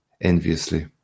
enviously